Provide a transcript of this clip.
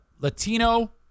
Latino